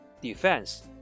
defense